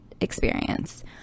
experience